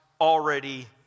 already